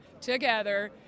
together